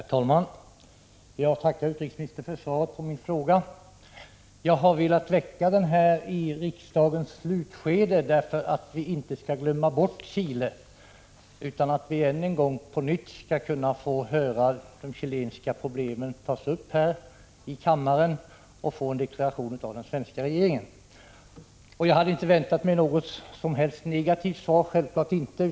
Herr talman! Jag tackar utrikesministern för svaret på min fråga. Jag har velat väcka denna fråga i riksmötets slutskede för att vi inte skall glömma bort Chile, för att vi än en gång skall få höra de chilenska problemen tas upp här i kammaren och för att vi skall få en deklaration av den svenska es regeringen. Självfallet hade jag inte väntat mig något negativt svar.